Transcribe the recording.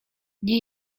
nie